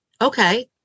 Okay